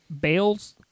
bales